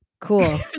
Cool